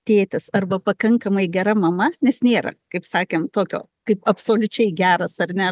tėtis arba pakankamai gera mama nes nėra kaip sakėm tokio kaip absoliučiai geras ar ne